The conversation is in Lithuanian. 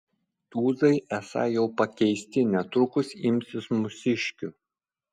tūzai esą jau pakeisti netrukus imsis mūsiškių